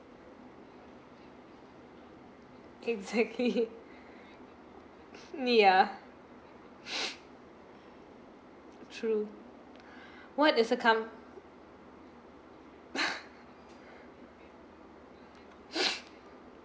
exactly yeah true what is a come